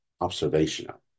observational